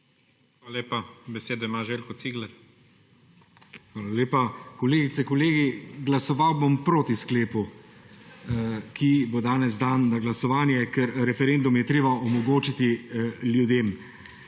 Hvala lepa. Besedo ima Željko Cigler. ŽELJKO CIGLER (PS Levica): Hvala lepa. Kolegice, kolegi, glasoval bom proti sklepu, ki bo danes dan na glasovanje, ker referendum je treba omogočiti ljudem.